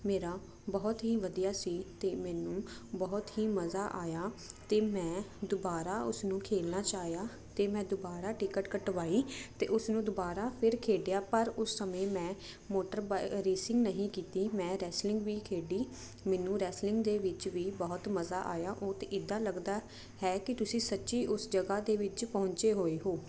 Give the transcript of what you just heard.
ਮੇਰਾ ਬਹੁਤ ਹੀ ਵਧੀਆ ਸੀ ਤੇ ਮੈਨੂੰ ਬਹੁਤ ਹੀ ਮਜ਼ਾ ਆਇਆ ਤੇ ਮੈਂ ਦੁਬਾਰਾ ਉਸਨੂੰ ਖੇਲਣਾ ਚਾਹਿਆ ਤੇ ਮੈਂ ਦੁਬਾਰਾ ਟਿਕਟ ਕਟਵਾਈ ਤੇ ਉਸਨੂੰ ਦੁਬਾਰਾ ਫਿਰ ਖੇਡਿਆ ਪਰ ਉਸ ਸਮੇਂ ਮੈਂ ਮੋਟਰ ਰੇਸਿੰਗ ਨਹੀਂ ਕੀਤੀ ਮੈਂ ਰੈਸਲਿੰਗ ਵੀ ਖੇਡੀ ਮੈਨੂੰ ਰੈਸਲਿੰਗ ਦੇ ਵਿੱਚ ਵੀ ਬਹੁਤ ਮਜ਼ਾ ਆਇਆ ਉਹ ਤੇ ਇਦਾਂ ਲੱਗਦਾ ਹੈ ਕਿ ਤੁਸੀਂ ਸੱਚੀ ਉਸ ਜਗ੍ਹਾ ਦੇ ਵਿੱਚ ਪਹੁੰਚੇ ਹੋਏ ਹੋ